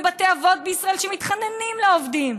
ויש בתי אבות בישראל שמתחננים לעובדים.